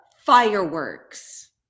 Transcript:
fireworks